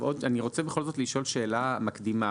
אני רוצה בכל זאת לשאול שאלה מקדימה.